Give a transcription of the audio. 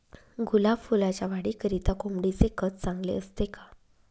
गुलाब फुलाच्या वाढीकरिता कोंबडीचे खत चांगले असते का?